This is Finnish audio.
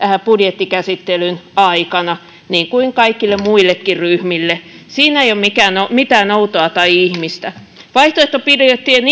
budjettikäsittelyn aikana niin kuin kaikille muillekin ryhmille siinä ei ole mitään outoa tai ihmeellistä vaihtoehtobudjettien